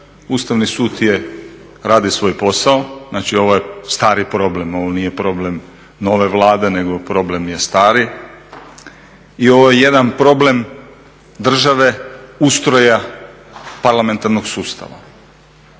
Ustavni sud radi svoj posao, znači ovo je stari problem ovo nije problem nove Vlade nego problem je stari. I ovo je jedan problem države, ustroja parlamentarnog sustava.